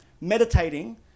meditating